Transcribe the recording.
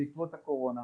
בעקבות הקורונה,